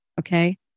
okay